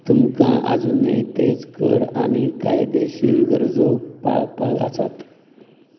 तुमका आजूनय तेच कर आनी कायदेशीर गरजो पाळपाक आसात